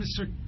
Mr